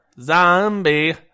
Zombie